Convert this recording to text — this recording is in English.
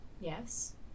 Yes